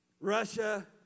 Russia